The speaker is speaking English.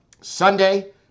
Sunday